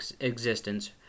existence